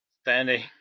standing